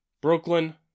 Brooklyn